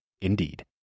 Indeed